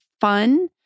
fun